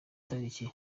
tariki